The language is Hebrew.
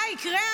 מה יקרה?